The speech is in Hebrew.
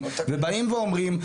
ואומרים,